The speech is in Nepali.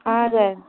हजुर